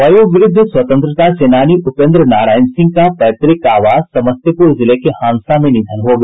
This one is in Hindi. वयोवृद्ध स्वतंत्रता सेनानी उपेन्द्र नारायण सिंह का पैतृक आवास समस्तीपुर जिले के हांसा में निधन हो गया